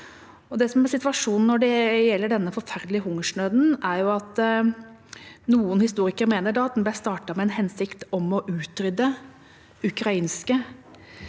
Det som er situasjonen når det gjelder denne forferdelige hungersnøden, er at noen historikere mener at den ble startet i den hensikt å utrydde den ukrainske